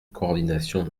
coordination